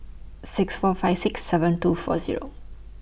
six four five six seven two four Zero